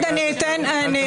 איזה שטויות.